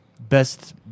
best